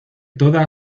toda